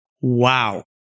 Wow